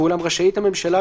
ואולם רשאית הממשלה,